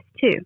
two